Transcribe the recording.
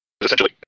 essentially